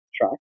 track